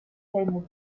helmut